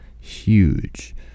huge